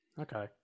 Okay